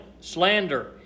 slander